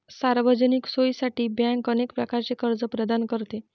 सार्वजनिक सोयीसाठी बँक अनेक प्रकारचे कर्ज प्रदान करते